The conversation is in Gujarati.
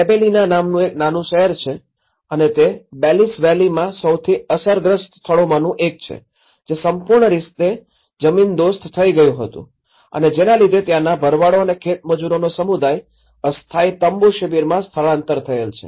ગિબેલિના નામનું એક નાનું શહેર છે અને તે બેલિસ વેલીમાં સૌથી અસરગ્રસ્ત સ્થળોમાંનું એક છે જે સંપૂર્ણ રીતે જમીનદોસ્ત થઇ ગયું હતું અને જેના લીધે ત્યાંના ભરવાડો અને ખેતમજૂરોનો સમુદાય અસ્થાયી તંબુ શિબિરમાં સ્થળાંતર થયેલ છે